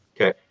Okay